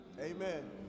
Amen